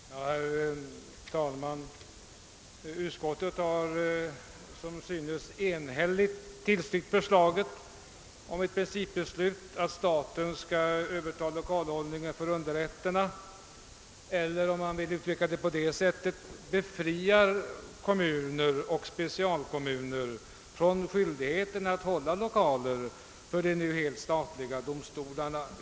Herr talman! Utskottet har som synes enhälligt tillstyrkt förslaget om ett principbeslut att staten skall överta lokalhållningen för underrätterna eller, om man vill uttrycka det på det sättet, befria kommuner och specialkommuner från skyldigheten att hålla lokaler för de nu helt statliga domstolarna.